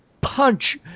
punch